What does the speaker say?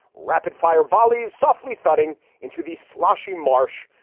rapid fire volleys softly thudding into the sloshy marsh.